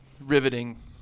riveting